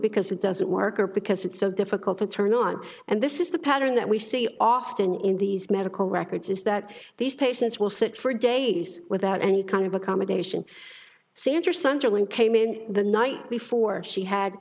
because it doesn't work or because it's so difficult and turn on and this is the pattern that we see often in these medical records is that these patients will sit for days without any kind of accommodation sansar sunderland came in the night before she had